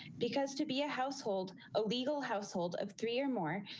because to be a household illegal household of three or more,